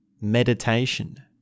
meditation